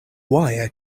wire